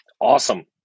Awesome